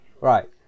right